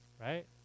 right